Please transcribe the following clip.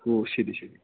ഓ ശരി ശരി